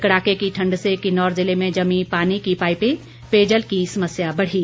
कड़ाके की ठण्ड से किन्नौर जिले में जमीं पानी की पाईपें पेयजल की समस्या बढ़ी